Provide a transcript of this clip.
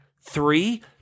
Three